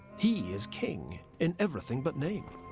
he is king in everything but name.